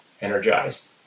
energized